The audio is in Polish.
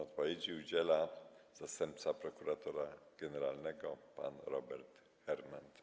Odpowiedzi udziela zastępca prokuratora generalnego pan Robert Hernand.